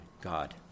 God